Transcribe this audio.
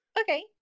Okay